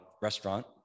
restaurant